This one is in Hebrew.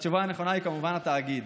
התשובה הנכונה היא כמובן התאגיד.